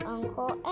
Uncle